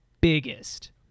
biggest